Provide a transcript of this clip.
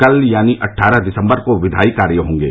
कल यानी अट्ठारह दिसम्बर को विधायी कार्य होंगे